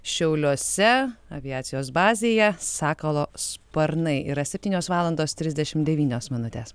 šiauliuose aviacijos bazėje sakalo sparnai yra septynios valandos trisdešimt devynios minutės